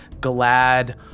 Glad